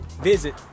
visit